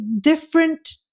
different